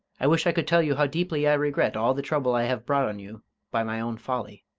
i wish i could tell you how deeply i regret all the trouble i have brought on you by my own folly.